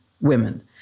women